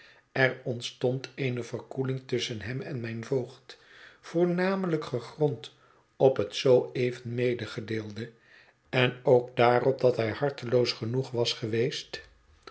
er ontstond eene verkoeling tusschen hem en mijn voogd voornamelijk gegrond op het zoo even medegedeelde en ook daarop dat hij harteloos genoeg was geweest